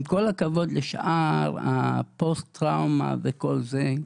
עם כל הכבוד לשאר הפוסט טראומה וכל זה,